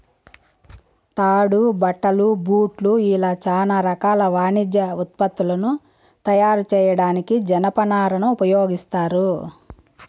తాడు, బట్టలు, బూట్లు ఇలా చానా రకాల వాణిజ్య ఉత్పత్తులను తయారు చేయడానికి జనపనారను ఉపయోగిత్తారు